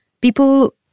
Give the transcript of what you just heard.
people